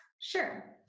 Sure